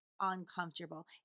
uncomfortable